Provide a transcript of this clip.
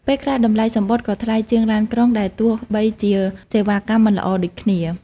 ពេលខ្លះតម្លៃសំបុត្រក៏ថ្លៃជាងឡានក្រុងដែរទោះបីជាសេវាកម្មមិនល្អដូចគ្នា។